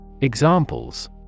Examples